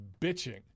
bitching